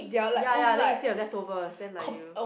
ya ya then you still have leftovers then like you